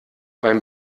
beim